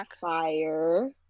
fire